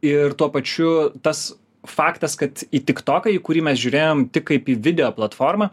ir tuo pačiu tas faktas kad į tik toką į kurį mes žiūrėjom tik kaip į video platformą